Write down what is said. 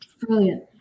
Brilliant